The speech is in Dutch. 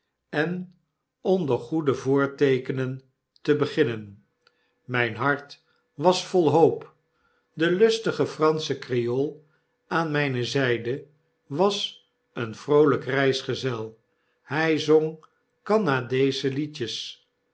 en onder goede een wedren door de prairlm voorteekenen te beginnen myn hart was vol hoop de lustige fransche oreool aan myne zyde was een vroolyk reisgezel hyzongcanadasche liedjes